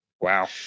wow